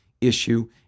issue